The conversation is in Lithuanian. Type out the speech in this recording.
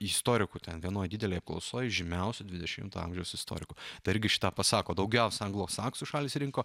istorikų ten vienoj didelėj apklausoj žymiausiu dvidešimto amžiaus istoriku tai irgi šį tą pasako daugiausiai anglosaksų šalys rinko